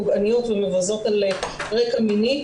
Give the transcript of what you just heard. פוגעניות ומבזות על רקע מיני.